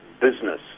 business